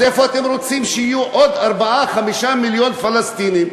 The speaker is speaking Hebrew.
אז איפה אתם רוצים שיהיו עוד 4 5 מיליון פלסטינים?